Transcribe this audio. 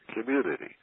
community